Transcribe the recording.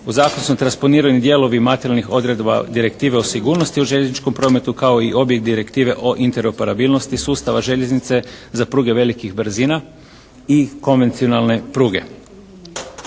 U zakonu se transponiraju dijelovi materijalnih odredbi direktive o sigurnosti u željezničkom prometu kao i oblik direktive o interoperabilnosti sustava željeznice za pruge velikih brzina i konvencionalne pruge.